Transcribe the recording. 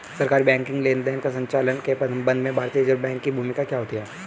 सरकारी बैंकिंग लेनदेनों के संचालन के संबंध में भारतीय रिज़र्व बैंक की भूमिका क्या होती है?